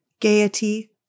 gaiety